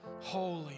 holy